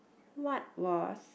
what was